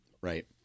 right